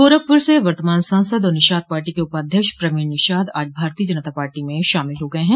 गोरखपुर से वर्तमान सांसद और निषाद पार्टी के उपाध्यक्ष प्रवीण निषाद आज भारतीय जनता पार्टी में शामिल हो गये हैं